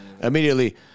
immediately